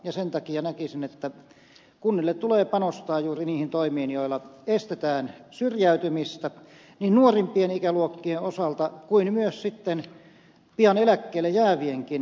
sen takia näkisin että kunnille tulee panostaa juuri niihin toimiin joilla estetään syrjäytymistä niin nuorimpien ikäluokkien osalta kuin myös pian eläkkeelle jäävienkin osalta